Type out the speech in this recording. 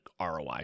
ROI